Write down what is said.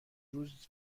روز